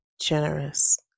generous